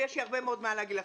ויש לי הרבה מאוד מה להגיד לכם.